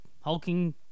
hulking